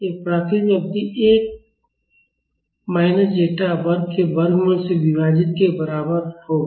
यह प्राकृतिक अवधि 1 माइनस ज़ेटा वर्ग के वर्गमूल से विभाजित के बराबर होगा